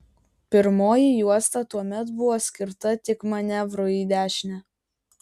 pirmoji juosta tuomet buvo skirta tik manevrui į dešinę